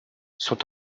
sont